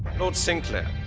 lord sinclair,